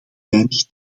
weinig